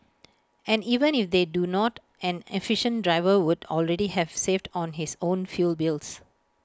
and even if they do not an efficient driver would already have saved on his own fuel bills